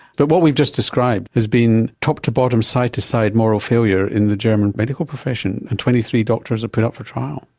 but what we've just described as being top to bottom, side to side moral failure in the german medical profession and twenty three doctors are put up for trial?